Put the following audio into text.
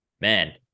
man